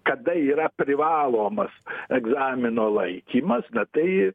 kada yra privalomas egzamino laikymas na tai